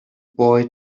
boy